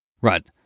Right